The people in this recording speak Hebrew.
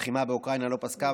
הלחימה באוקראינה לא פסקה,